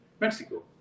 Mexico